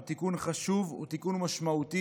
הוא תיקון חשוב ומשמעותי.